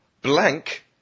Blank